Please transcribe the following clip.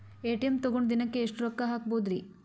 ATM ತಗೊಂಡ್ ದಿನಕ್ಕೆ ಎಷ್ಟ್ ರೊಕ್ಕ ಹಾಕ್ಬೊದ್ರಿ?